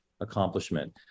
accomplishment